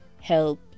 help